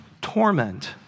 torment